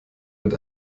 mit